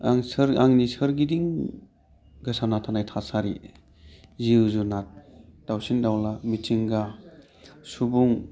आंनि सोरगिदिं गोसारना थानाय थासारि जिउ जुनार दाउसिन दावला मिथिंगा सुबुं